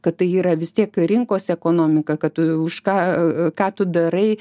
kad tai yra vis tiek rinkos ekonomika kad už ką ką tu darai